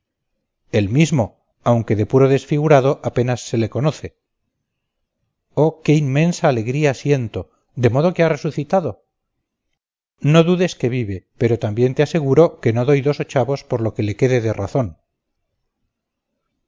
el mismo aunque de puro desfigurado apenas se le conoce oh qué inmensa alegría siento de modo que ha resucitado no dudes que vive pero también te aseguro que no doy dos ochavos por lo que le quede de razón